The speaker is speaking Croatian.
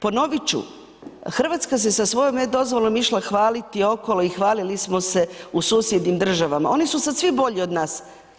Ponovit ću, Hrvatska se sa svojom e-Dozvolom išla hvaliti okolo i hvalili smo se u susjednim državama, oni su sad svi bolji od nas.